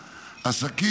עסק.